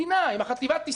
אם החטיבה תסטה,